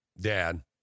Dad